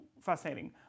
Fascinating